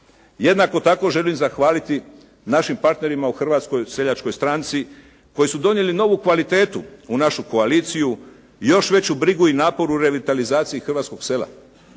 Jednako tako želim zahvaliti našim partnerima u Hrvatskoj seljačkoj stranci koji su donijeli novu kvalitetu u našu koaliciju i još veću brigu i napor u revitalizaciji hrvatskog sela.